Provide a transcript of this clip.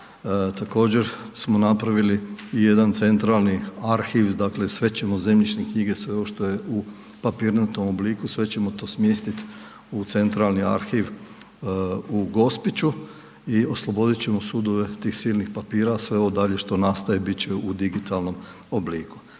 Također, smo napravili i jedan centralni arhiv, dakle sve ćemo zemljišne knjige, sve ovo što je u papirnatom obliku, sve ćemo to smjestit u centralni arhiv u Gospiću i oslobodit ćemo sudove tih silnih papira. Sve ovo dalje što nastaje bit će u digitalnom obliku.